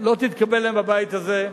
לא תתקבלנה בבית הזה,